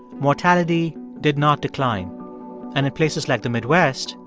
mortality did not decline. and in places like the midwest.